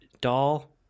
doll